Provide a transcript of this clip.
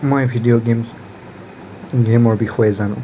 মই video game গেমৰ বিষয়ে জানো